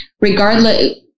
regardless